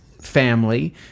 family